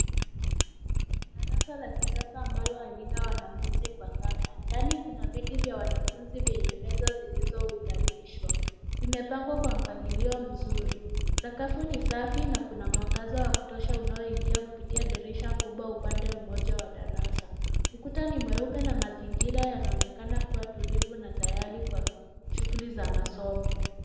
Darasa la kisasa ambalo halina wanafunzi kwa sasa. Ndani kuna viti vyenye meza vilivyo unganishwa, zimepangwa kwa mpangilio mzuri, sakafu ni safi na kuna mwangaza wa kutosha unao ingia kupitia dirisha kubwa upande moja wa darasa. Ukuta ni meupe na mazingira yanaonekana kuwa tulivu na tayari kwa shughuli za masomo.